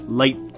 light